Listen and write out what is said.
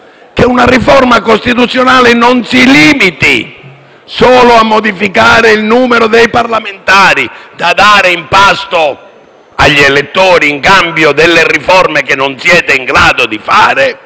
agli elettori in cambio delle riforme che non siete in grado di fare. Una riforma costituzionale, oltre a rideterminare il numero dei parlamentari, potrebbe avere a cuore